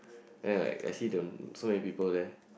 then like actually there were so many people there